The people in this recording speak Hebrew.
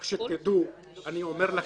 --- רק שתדעו, אני אומר לכם,